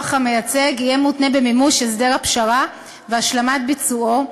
המייצג יהיה מותנה במימוש הסדר הפשרה והשלמת ביצועו,